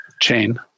chain